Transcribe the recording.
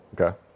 Okay